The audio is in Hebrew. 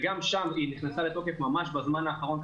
וגם שם היא נכנסה לתוקף ממש בזמן האחרון,